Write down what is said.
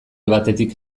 batetik